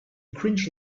cringe